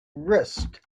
wrist